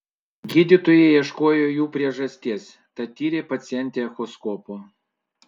gydytojai ieškojo jų priežasties tad tyrė pacientę echoskopu